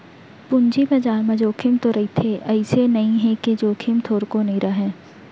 पूंजी बजार म जोखिम तो रहिथे अइसे नइ हे के जोखिम थोरको नइ रहय